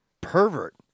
Pervert